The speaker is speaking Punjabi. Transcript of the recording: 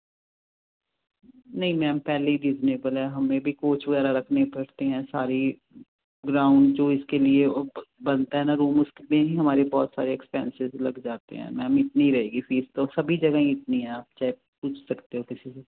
ਨਹੀਂ ਮੈਮ ਪਹਿਲੀ ਰੀਜਨੇਬਲ ਹੈ ਹਮੇ ਵੀ ਕੋਚ ਵਗੈਰਾ ਰੱਖਣੇ ਪੜਤੇ ਹੈ ਸਾਰੇ ਈ ਗਰਾਊਂਡ ਚੋ ਇਸਕੇ ਲੀਏ ਉਹ ਬਣਤਾ ਨਾ ਰੂਮ ਉਸਕੇ ਹੀ ਹਮਾਰੀ ਬਹੁਤ ਸਾਰੇ ਐਕਸਪੈਂਸਸ ਲੱਗ ਜਾਤੇ ਆ ਮੈਮ ਇਤਨੀ ਰਹੇਗੀ ਫੀਸ ਤੋ ਸਭੀ ਜਗਾ ਇਤਨੀ ਆ ਆਪ ਚਾਹੇ ਪੂਛ ਸਕਤੇ ਹੋ ਕਿਸੀ ਸੇ